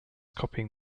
copying